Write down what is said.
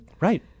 right